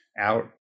out